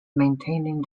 maintaining